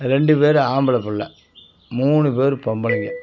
ரெண்டு பேர் ஆம்பிள பிள்ள மூணு பேர் பொம்பளைங்கள்